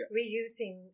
reusing